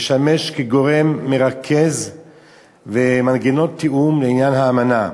לשמש כגורם מרכז ומנגנון תיאום לעניין האמנה,